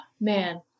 man